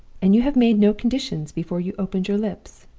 and you have made no conditions before you opened your lips.